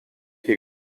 hier